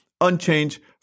unchanged